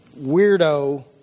weirdo